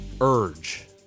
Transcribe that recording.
urge